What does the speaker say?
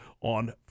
on